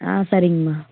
ஆ சரிங்கம்மா